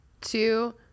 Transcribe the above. two